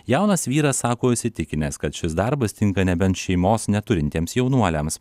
jaunas vyras sako įsitikinęs kad šis darbas tinka nebent šeimos neturintiems jaunuoliams